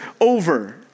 over